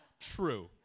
true